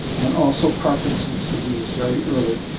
and also parkinson's disease very early.